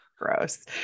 Gross